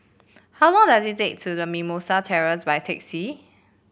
how long does it take to Mimosa Terrace by taxi